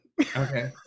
okay